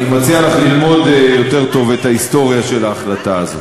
אני מציע לך ללמוד יותר טוב את ההיסטוריה של ההחלטה הזאת.